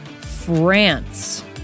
France